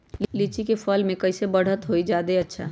लिचि क फल म कईसे बढ़त होई जादे अच्छा?